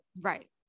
Right